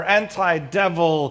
anti-devil